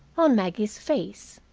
on maggie's face,